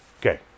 Okay